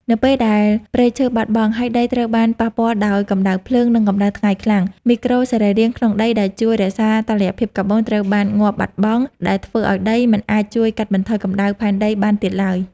នៅពេលដែលព្រៃឈើបាត់បង់ ហើយដីត្រូវបានប៉ះពាល់ដោយកម្ដៅភ្លើង និងកម្ដៅថ្ងៃខ្លាំង មីក្រូសរីរាង្គក្នុងដីដែលជួយរក្សាតុល្យភាពកាបូនត្រូវបានងាប់បាត់បង់ ដែលធ្វើឱ្យដីមិនអាចជួយកាត់បន្ថយកម្ដៅផែនដីបានទៀតឡើយ។